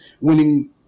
winning